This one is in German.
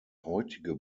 heutige